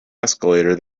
escalator